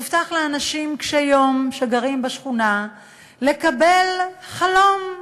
הובטח לאנשים קשי יום שגרים בשכונה לקבל חלום,